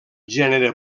gènere